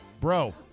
bro